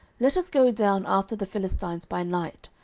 let us go down after the philistines by night,